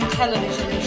television